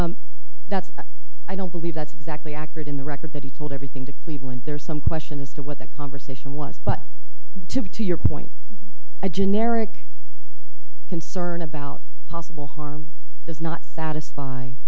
right that's i don't believe that's exactly accurate in the record that he told everything to cleveland there's some question as to what that conversation was but to be to your point a generic concern about possible harm does not satisfy